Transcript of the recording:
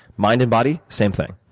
mind and body, same thing.